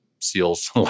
SEALs